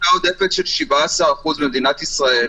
תמותה עודפת של 17% במדינת ישראל.